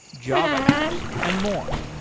java apps and more.